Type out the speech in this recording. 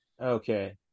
Okay